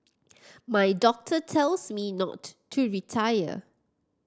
my doctor tells me not to retire